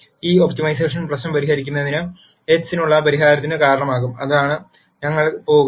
ഈ ഒപ്റ്റിമൈസേഷൻ പ്രശ്നം പരിഹരിക്കുന്നത് x നുള്ള പരിഹാരത്തിന് കാരണമാകും അതാണ് ഞങ്ങൾ പോകുന്നത്